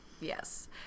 Yes